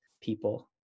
people